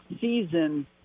season